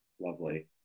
Lovely